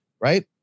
right